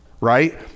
right